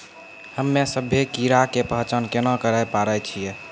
हम्मे सभ्भे कीड़ा के पहचान केना करे पाड़ै छियै?